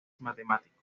matemáticos